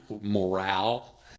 morale